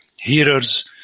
hearers